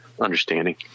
understanding